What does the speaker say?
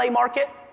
market?